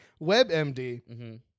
WebMD